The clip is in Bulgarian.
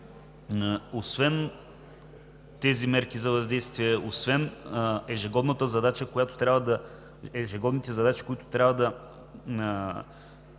освен тези мерки за въздействие, освен ежегодните задачи, които трябва да